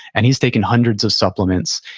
and he's taken hundreds of supplements,